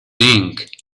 ink